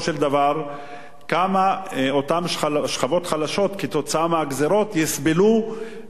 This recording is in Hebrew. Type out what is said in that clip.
כמה אותן שכבות חלשות כתוצאה מהגזירות יסבלו מחוסר הכנסה.